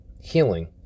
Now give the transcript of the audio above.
healing